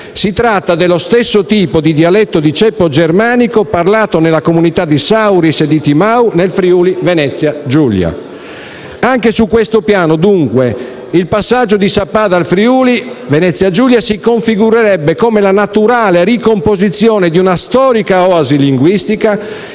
Si tratta dello stesso tipo di dialetto di ceppo germanico parlato nelle comunità di Sauris e Timau nel Friuli-Venezia Giulia. Anche su questo piano, dunque, il passaggio di Sappada al Friuli-Venezia Giulia si configurerebbe come la naturale ricomposizione di una storica oasi linguistica